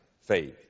faith